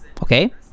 Okay